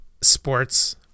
sports